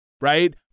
right